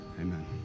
Amen